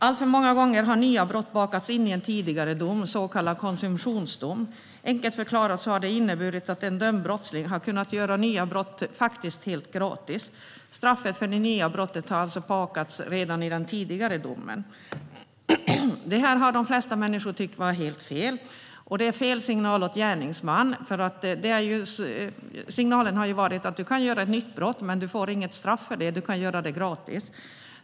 Alltför många gånger har nya brott bakats in i en tidigare dom, så kallad konsumtionsdom. Enkelt förklarat har det inneburit att en dömd brottsling har kunnat göra nya brott helt gratis, eftersom straffet för det nya brottet har bakats in i den tidigare domen. Det här har de flesta människor tyckt vara helt fel. Det är fel signal till gärningsmannen, för signalen har varit att du kan göra nya brott men inte får något straff för det utan kan göra det gratis.